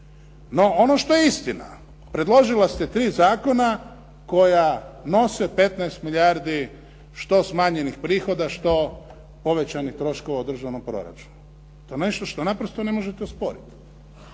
No ono što je istina, predložili ste tri zakona koja nose 15 milijardi što smanjenih prihoda, što povećanih troškova u državnom proračunu. To je nešto što naprosto ne možete osporiti